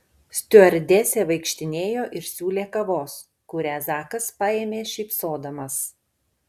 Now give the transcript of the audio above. stiuardesė vaikštinėjo ir siūlė kavos kurią zakas paėmė šypsodamas